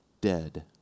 dead